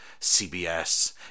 CBS